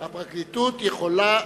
אני מודיע לך שהפרקליטות היתה יכולה להגיש,